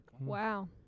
Wow